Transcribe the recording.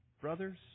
Brothers